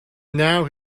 now